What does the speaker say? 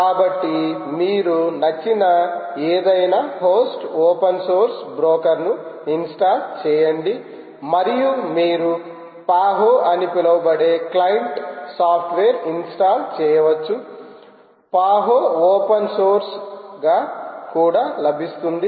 కాబట్టి మీరు నచ్చిన ఏదైనా హోస్ట్లో ఓపెన్ సోర్స్ బ్రోకర్ ను ఇన్స్టాల్ చేయండి మరియు మీరు పహో అని పిలువబడే క్లయింట్ సాఫ్ట్వేర్ను ఇన్స్టాల్ చేయవచ్చు పహో ఓపెన్ సోర్స్గా కూడా లభిస్తుంది